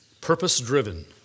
purpose-driven